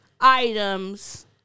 items